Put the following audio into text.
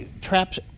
traps